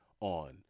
on